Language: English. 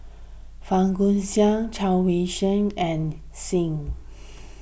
Fang Guixiang Chao Yoke San and Singh